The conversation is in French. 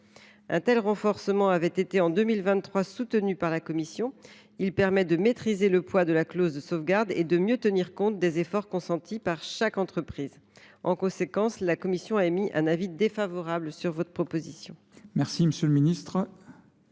Un tel renforcement avait été soutenu par la commission en 2023. Il permet de maîtriser le poids de la clause de sauvegarde et de mieux tenir compte des efforts consentis par chaque entreprise. En conséquence, la commission a émis un avis défavorable sur cet amendement.